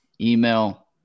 email